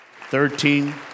thirteen